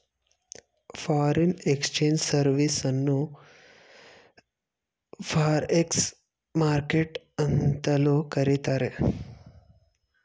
foreign exchange service ಅನ್ನು forex market ಅಂತಲೂ ಕರಿತಾರೆ